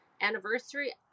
anniversary